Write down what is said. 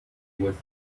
with